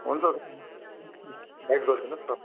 हुन्छ गाइड गरिदिनुहोस् न सर